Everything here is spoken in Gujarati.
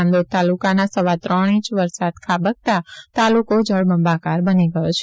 નાંદોદ તાલુકાના સવા ત્રણ ઇંચ વરસાદ ખાબકતા તાલુકો જળબંબાકાર બની ગયો છે